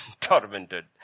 tormented